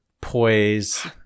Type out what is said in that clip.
poise